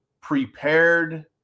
prepared